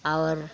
और